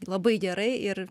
labai gerai ir